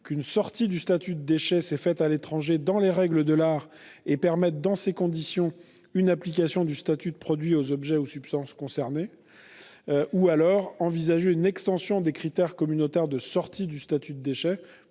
qu'une sortie du statut de déchet s'est faite à l'étranger dans les règles de l'art, ce qui permettrait une application du statut de produit aux objets ou substances concernés. Ou alors pourrait-on envisager une extension des critères communautaires de sortie du statut de déchet